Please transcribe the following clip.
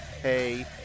hey